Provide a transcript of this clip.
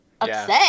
upset